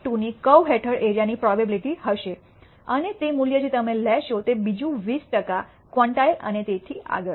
2 ની કર્વ હેઠળના એરિયા ની પ્રોબેબીલીટી હશે અને તે મૂલ્ય જે તમે લેશો તે બીજું છે 20 ટકા ક્વોન્ટાઇલ અને તેથી આગળ